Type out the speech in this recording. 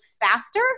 faster